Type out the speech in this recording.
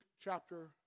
chapter